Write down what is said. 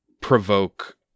provoke